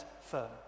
firm